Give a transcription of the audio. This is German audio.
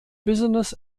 business